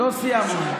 לא סיימנו.